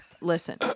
listen